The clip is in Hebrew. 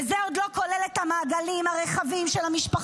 וזה עוד לא כולל את המעגלים הרחבים של המשפחות,